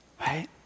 Right